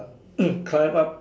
climb up